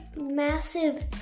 massive